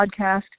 podcast